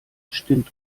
bestimmt